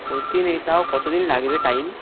ক্ষতি নেই তাও কতদিন লাগবে টাইম